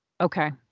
Okay